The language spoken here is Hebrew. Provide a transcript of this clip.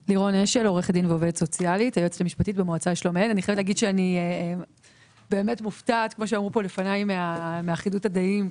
שאני באמת מופתעת מאחידות הדעים.